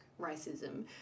racism